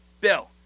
bill